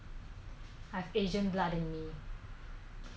then 人家不喜欢我我干嘛